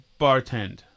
bartend